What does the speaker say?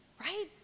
Right